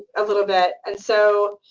a little bit, and so